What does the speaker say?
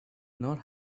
not